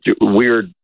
weird